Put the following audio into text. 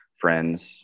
friends